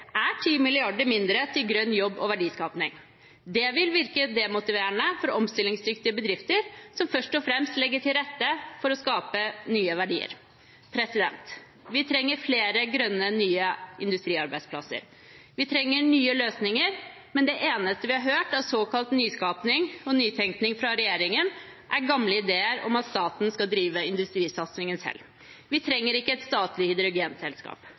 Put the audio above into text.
er 10 mrd. kr mindre til grønn jobb- og verdiskaping. Det vil virke demotiverende for omstillingsdyktige bedrifter, som først og fremst legger til rette for å skape nye verdier. Vi trenger flere grønne, nye industriarbeidsplasser. Vi trenger nye løsninger, men det eneste vi har hørt av såkalt nyskaping og nytenkning fra regjeringen, er gamle ideer om at staten skal drive industrisatsingen selv. Vi trenger ikke et statlig hydrogenselskap.